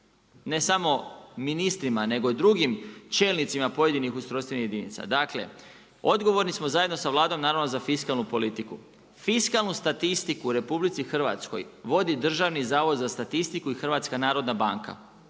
ne samo ministrima nego i drugim čelnicima pojedinih ustrojstvenih jedinica. Dakle odgovorni smo zajedno sa Vladom za fiskalnu politiku. Fiskalnu statistiku u RH vodi DZS i HNB, dakle mi smo u obvezi dostaviti